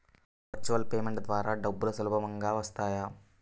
Virtual payment ద్వారా డబ్బులు సులభంగా వస్తాయా?